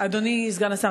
אדוני סגן השר,